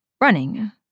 Running